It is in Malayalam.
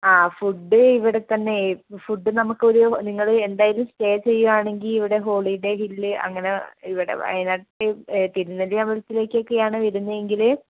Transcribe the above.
ആ ഫുഡ് ഇവിടെ തന്നെ ഫുഡ് നമുക്കൊരു നിങ്ങൾ എന്തായാലും സ്റ്റേ ചെയ്യുവാണെങ്കിൽ ഇവിടെ ഹോളിഡേ ഹില്ല് അങ്ങനെ ഇവിടെ വയനാട്ടിൽ തിരുനെല്ലി അമ്പലത്തിലേക്കൊക്കെയാണ് വരുന്നതെങ്കിൽ